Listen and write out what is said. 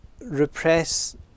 repress